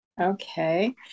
Okay